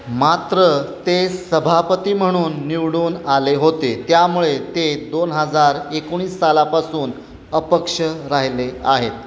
मात्र ते सभापती म्हणून निवडून आले होते त्यामुळे ते दोन हजार एकोणीस सालापासून अपक्ष राहिले आहेत